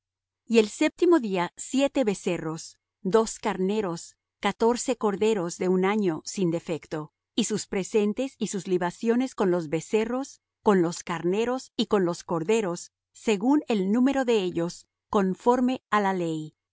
y el séptimo día siete becerros dos carneros catorce corderos de un año sin defecto y sus presentes y sus libaciones con los becerros con los carneros y con los corderos según el número de ellos conforme á la ley